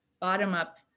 bottom-up